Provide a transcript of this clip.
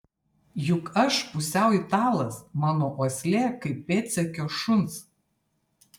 juk aš pusiau italas mano uoslė kaip pėdsekio šuns